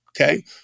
okay